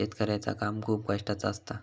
शेतकऱ्याचा काम खूप कष्टाचा असता